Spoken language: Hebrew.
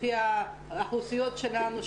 לפי האוכלוסיות שלנו,